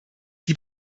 die